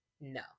No